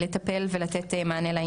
הן במישור האזרחי,